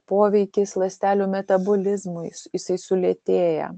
poveikis ląstelių metabolizmui jisai sulėtėja